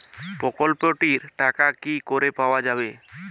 প্রকল্পটি র টাকা কি করে পাওয়া যাবে?